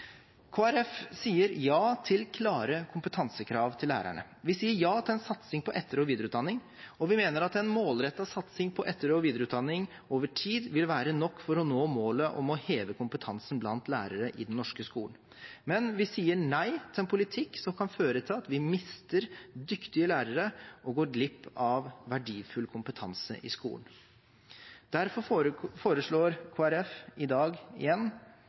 sier ja til klare kompetansekrav til lærerne. Vi sier ja til en satsing på etter- og videreutdanning, og vi mener at en målrettet satsing på etter- og videreutdanning over tid vil være nok for å nå målet om å heve kompetansen blant lærere i den norske skolen. Men vi sier nei til en politikk som kan føre til at vi mister dyktige lærere og går glipp av verdifull kompetanse i skolen. Derfor foreslår Kristelig Folkeparti – og Senterpartiet og Sosialistisk Venstreparti – i dag igjen